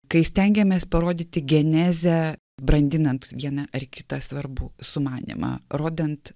kai stengiamės parodyti genezę brandinant vieną ar kitą svarbų sumanymą rodant